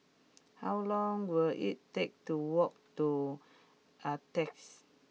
how long will it take to walk to Altez